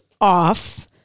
off